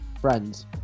friends